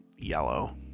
yellow